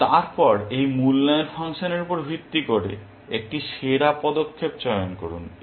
এবং তারপর এই মূল্যায়ন ফাংশনের উপর ভিত্তি করে একটি সেরা পদক্ষেপ চয়ন করুন